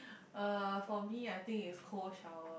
uh for me I think is cold shower